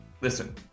listen